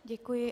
Děkuji.